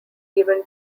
given